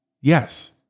yes